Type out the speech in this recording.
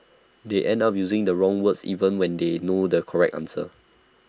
they end up using the wrong words even when they know the correct answer